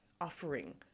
offering